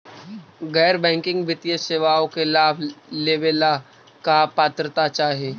गैर बैंकिंग वित्तीय सेवाओं के लाभ लेवेला का पात्रता चाही?